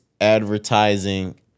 advertising